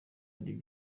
ari